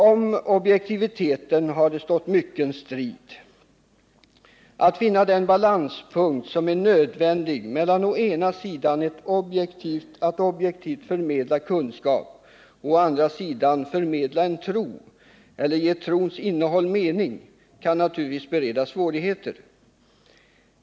Om objektiviteten har det stått mycken strid. Att finna den balanspunkt som är nödvändig mellan å ena sidan att objektivt förmedla kunskap och å andra sidan förmedla en tro eller ge trons innehåll mening, kan naturligtvis bereda svårigheter.